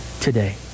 today